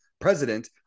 president